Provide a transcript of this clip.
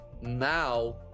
now